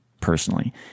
personally